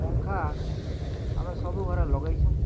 ପଙ୍ଖା ଆମେ ସବୁ ଘରେ ଲଗେଇଛୁ